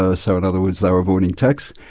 ah so in other words they were avoiding tax,